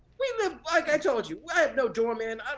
we live, like i told you, i have no doorman,